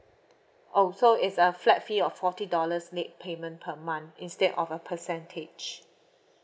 oh so it's a flat fee of forty dollars late payment per month instead of a percentage